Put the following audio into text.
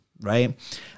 Right